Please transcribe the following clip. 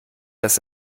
das